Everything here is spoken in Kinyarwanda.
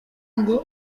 ngo